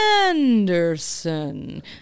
Anderson